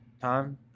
time